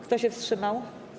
Kto się wstrzymał?